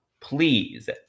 please